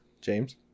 James